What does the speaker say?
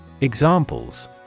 Examples